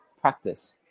practice